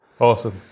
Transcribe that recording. Awesome